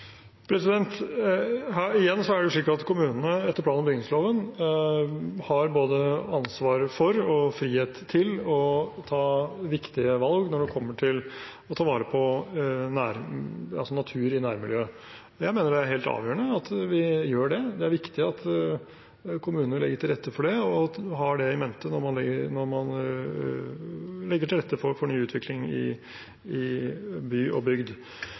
Igjen er det slik at kommunene etter plan- og bygningsloven har både ansvar for og frihet til å ta viktige valg når det gjelder å ta vare på natur i nærmiljøet. Jeg mener det er helt avgjørende at vi gjør det. Det er viktig at kommunene legger til rette for det og har det i mente når man legger til rette for ny utvikling i by og bygd.